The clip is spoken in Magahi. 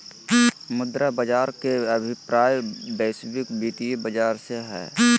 मुद्रा बाज़ार के अभिप्राय वैश्विक वित्तीय बाज़ार से हइ